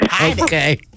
Okay